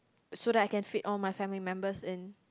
so that I can fit all my family members in